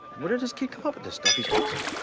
where does this kid come up with this stuff, he's awesome.